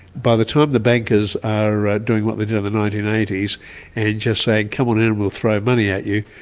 by the time the bankers are doing what they did in the nineteen eighty s, and just saying come on in and we'll throw money at you,